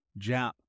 jap